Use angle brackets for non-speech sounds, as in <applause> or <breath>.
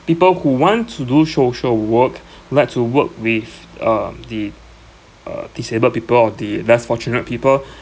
people who want to do social work <breath> like to work with um the uh disabled people or the less fortunate people <breath>